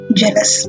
jealous